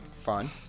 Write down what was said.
Fun